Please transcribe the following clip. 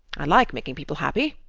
i like making people happy.